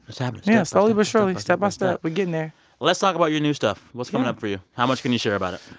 it's happening yeah, slowly but surely, step by step we're getting there let's talk about your new stuff. what's coming up for you? how much can you share about it?